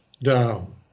down